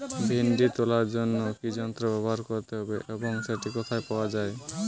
ভিন্ডি তোলার জন্য কি যন্ত্র ব্যবহার করতে হবে এবং সেটি কোথায় পাওয়া যায়?